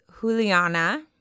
Juliana